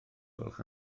gwelwch